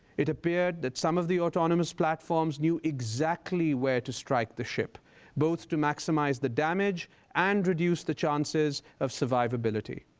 it appeared that some of the autonomous platforms knew exactly where to strike the ship both to maximize the damage and reduce the chances of survivability.